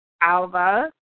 Alva